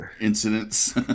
incidents